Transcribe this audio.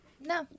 no